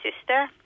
sister